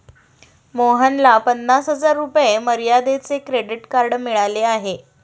मोहनला पन्नास हजार रुपये मर्यादेचे क्रेडिट कार्ड मिळाले आहे